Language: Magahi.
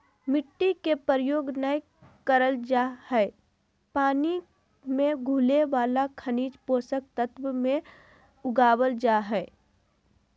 मिट्टी के प्रयोग नै करल जा हई पानी मे घुले वाला खनिज पोषक तत्व मे उगावल जा हई